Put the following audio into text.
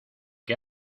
qué